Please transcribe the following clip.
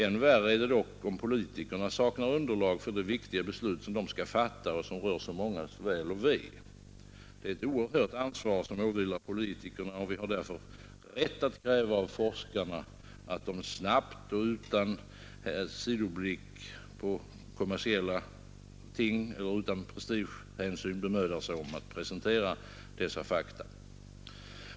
Än värre är det dock om politikerna saknar underlag för de viktiga beslut som de skall fatta och som rör så mångas väl och ve. Det är ett oerhört ansvar som åvilar politikerna, och vi har därför rätt att kräva av forskarna att de snabbt och utan prestigehänsyn eller kommersiella sidoblickar bemödar sig om att presentera dessa fakta.